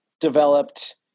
developed